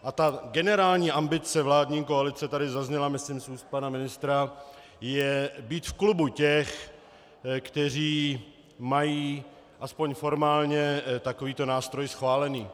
A generální ambice vládní koalice, tady zazněla myslím z úst pana ministra, je být v klubu těch, kteří mají aspoň formálně takovýto nástroj schválený.